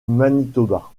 manitoba